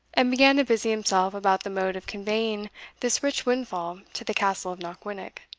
and began to busy himself about the mode of conveying this rich windfall to the castle of knockwinnock,